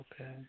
Okay